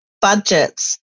budgets